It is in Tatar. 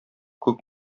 күк